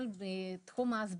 מתעוררת היא מוצאת את עצמה בלי הערכה